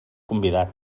convidat